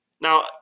Now